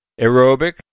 Aerobic